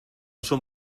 son